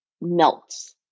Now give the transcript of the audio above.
melts